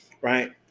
right